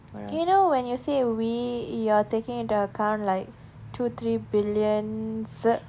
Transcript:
you know when you say we you are taking into account like two three billions